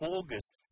August